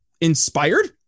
inspired